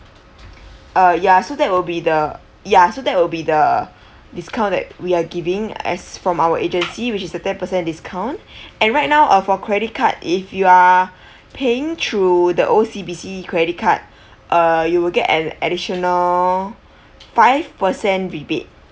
uh ya so that will be the ya so that will be the discount that we are giving as from our agency which is the ten percent discount and right now uh for credit card if you are paying through the O_C_B_C credit card uh you will get an additional five percent rebate